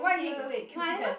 see you you wait Q_C test